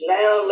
now